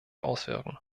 auswirken